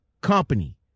company